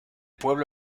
pueblo